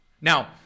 Now